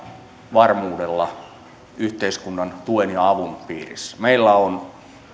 varmuudella yhteiskunnan tuen ja avun piirissä meillä on